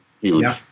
huge